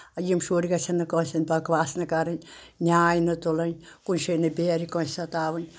یِم شُرۍ گژھن نہٕ کٲنٛسہِ ہٕنٛدۍ بکواس نہٕ کرٕنۍ نیاے نہٕ تُلٕنۍ کُنہِ جاے نہٕ بیرِ کٲنٛسہِ ستاوٕنۍ